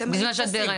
בגלל שאת בהיריון.